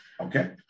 Okay